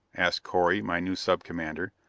asked correy, my new sub-commander.